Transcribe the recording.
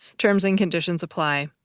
terms and conditions apply.